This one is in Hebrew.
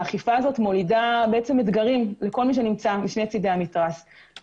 והאכיפה הזו מולידה אתגרים לכל מי שנמצא משני צדי המתרס,